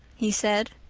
he said.